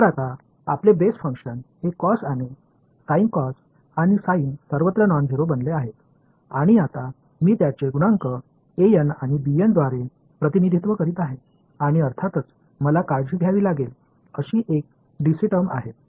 तर आता आपले बेस फंक्शन हे कॉस आणि साइन कॉस आणि साइन सर्वत्र नॉनझेरो बनले आहेत आणि आता मी त्यांचे गुणांक आणि द्वारे प्रतिनिधित्व करीत आहे आणि अर्थातच मला काळजी घ्यावी लागेल अशी एक डीसी टर्म आहे